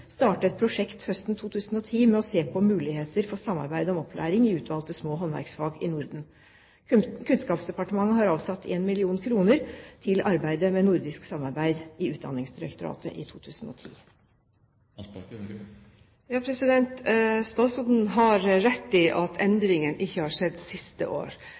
starte et prosjekt høsten 2010 for å se på muligheter for samarbeid om opplæring i utvalgte små håndverksfag i Norden. Kunnskapsdepartementet har avsatt 1 mill. kr til arbeidet med nordisk samarbeid i Utdanningsdirektoratet i 2010. Statsråden har rett i at endringen ikke har skjedd det siste